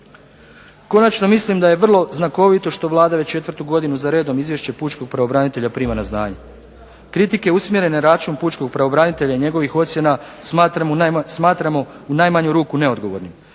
Konačno, mislim da je vrlo znakovito što Vlada već četvrtku godinu za redom izvješće pučkog pravobranitelja prima na znanje. Kritike usmjerene na račun pučkog pravobranitelja i njegovih ocjena smatramo u najmanju ruku neodgovornim.